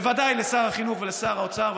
בוודאי אצל שר החינוך ושר האוצר,